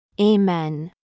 Amen